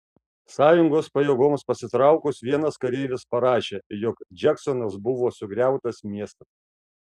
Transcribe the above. sąjungos pajėgoms pasitraukus vienas kareivis parašė jog džeksonas buvo sugriautas miestas